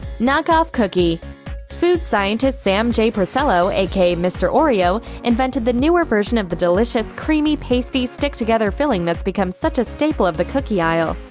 knock-off cookie food scientist sam j. porcello, aka mr. oreo, invented the newer version of the delicious creamy, pasty, stick-together filling that's become such a staple of the cookie aisle.